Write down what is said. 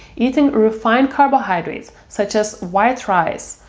eating refined carbohydrates, such as white rice,